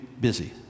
busy